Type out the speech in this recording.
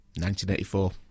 1984